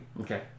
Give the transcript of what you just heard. Okay